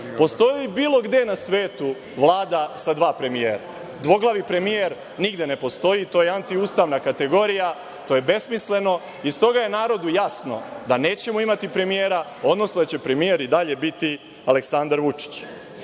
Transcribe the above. Postoji li, bilo gde na svetu, Vlada sa dva premijera? Dvoglavi premijer nigde ne postoji, to je antiustavna kategorija, to je besmisleno i s toga je narodu jasno da nećemo imati premijera, odnosno da će premijer i dalje biti Aleksandar Vučić. Ono